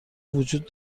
وجود